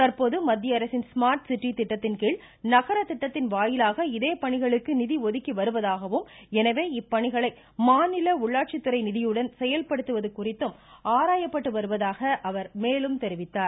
தற்போது மத்தியஅரசின் smart city திட்டத்தின்கீழ் நகர திட்டத்தின் வாயிலாக இதே பணிகளுக்கு நிதி ஒதுக்கி வருவதாகவும் எனவே இப்பணியை மாநில உள்ளாட்சிதுறை நிதியுடன் செயல்படுத்துவது குறித்து ஆராயப்பட்டு வருவதாக அவர் மேலும் தெரிவித்தார்